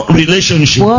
relationship